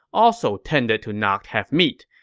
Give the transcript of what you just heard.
also tended to not have meat.